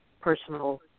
personal